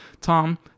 Tom